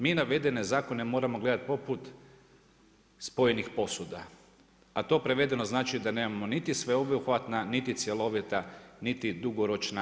Mi navedene zakone moramo gledati poput spojenih posuda, a to prevedeno znači da nemamo niti sveobuhvatna niti cjelovita, niti dugoročna rješenja.